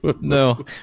no